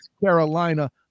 Carolina